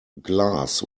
glass